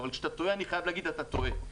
אבל כשאתה טועה אני חייב להגיד: אתה טועה.